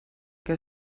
que